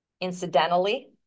Incidentally